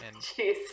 Jeez